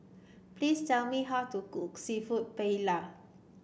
please tell me how to cook seafood Paella